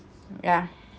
yeah